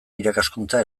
irakaskuntza